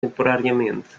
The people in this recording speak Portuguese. temporariamente